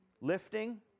lifting